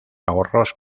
ahorros